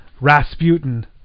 Rasputin